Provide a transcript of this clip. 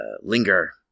linger